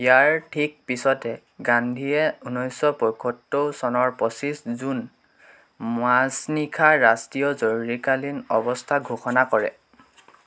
ইয়াৰ ঠিক পিছতে গান্ধীয়ে ঊনৈছশ পঁয়সত্তৰ চনৰ পঁচিছ জুন মাজনিখা ৰাষ্ট্ৰীয় জৰুৰীকালীন অৱস্থা ঘোষণা কৰে